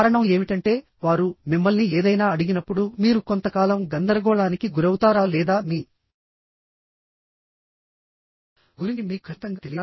కారణం ఏమిటంటే వారు మిమ్మల్ని ఏదైనా అడిగినప్పుడు మీరు కొంతకాలం గందరగోళానికి గురవుతారా లేదా మీ గురించి మీకు ఖచ్చితంగా తెలియదా